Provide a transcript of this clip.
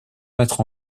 mettre